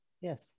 Yes